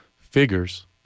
figures